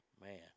Man